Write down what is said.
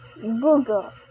Google